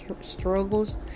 struggles